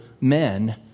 men